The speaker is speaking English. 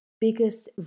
biggest